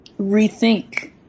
rethink